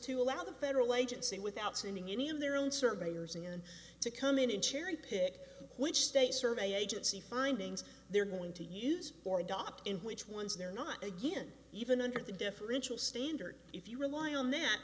to allow the federal agency without sending any of their own surveyors in to come in and cherry pick which state survey agency findings they're going to use or adopt in which ones they're not again even under the differential standard if you rely on that